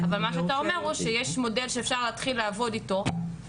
אבל מה שאתה אומר הוא שיש מודל שאפשר להתחיל לעבוד איתו,